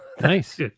nice